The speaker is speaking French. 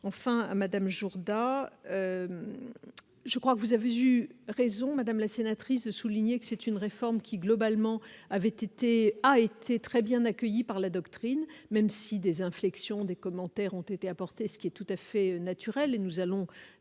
enfin Madame Jourdain je crois que vous avez eu raison Madame la sénatrice de souligner que c'est une réforme qui, globalement, avait été a été très bien accueilli par la doctrine, même si des inflexions, des commentaires ont été apportées, ce qui est tout à fait naturel et nous allons